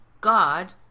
God